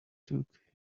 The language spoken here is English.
took